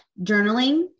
journaling